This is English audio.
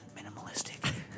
Minimalistic